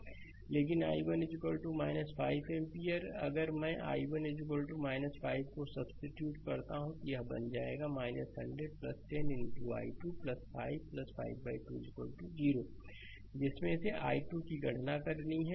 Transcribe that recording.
slide समय देखें 1321 लेकिन i1 5 एम्पीयर अगर मैं i1 5 को सब्सीट्यूट करता हूं तो यह बन जाएगा 100 10 i2 5 52 0 जिसमें से i2 की गणना करनी है